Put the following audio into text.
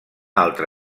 altra